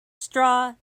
straw